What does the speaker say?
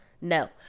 No